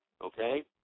okay